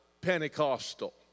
Pentecostal